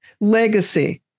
legacy